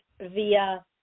via